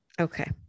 Okay